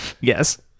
Yes